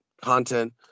content